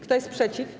Kto jest przeciw?